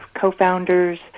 co-founders